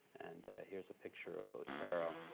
and, here's a picture of otero.